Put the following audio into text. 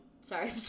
Sorry